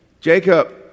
Jacob